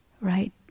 right